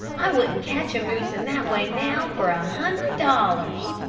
i wouldn't catch a moose in that way now for a hundred dollars.